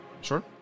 Sure